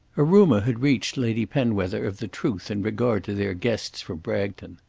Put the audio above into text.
a rumour had reached lady penwether of the truth in regard to their guests from bragton.